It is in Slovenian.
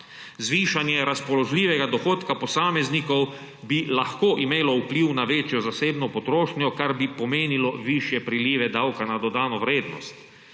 Zvišanje razpoložljivega dohodka posameznikov bi lahko imelo vpliv na večjo zasebno potrošnjo, kar bi pomenilo višje prilive davka na dodano vrednost.